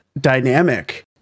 dynamic